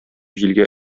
җилгә